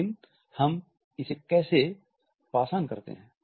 लेकिन हम इसे कैसे पास ऑन करते हैं